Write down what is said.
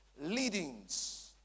Leadings